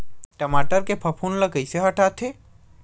टमाटर के फफूंद ल कइसे हटाथे?